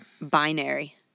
Binary